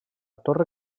torre